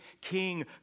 king